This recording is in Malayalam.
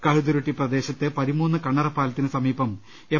കഴുതുരുട്ടി പ്രദേശത്ത് പതിമൂന്ന് കണ്ണറ പാലത്തിന് സമീപം എം